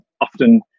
often